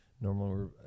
Normally